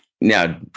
now